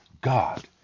God